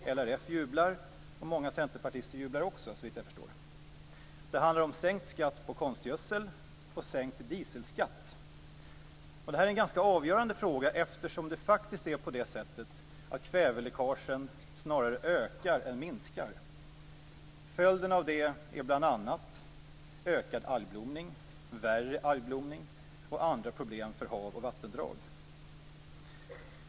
LRF jublar. Många centerpartister jublar också, såvitt jag förstår. Det handlar om sänkt skatt på konstgödsel och sänkt dieselskatt. Det är en ganska avgörande fråga, eftersom det faktiskt är på det sättet att kväveläckagen snarare ökar än minskar. Följden av det är ökad algblomning och andra problem för hav och vattendrag.